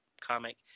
comic